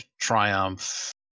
triumph